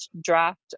draft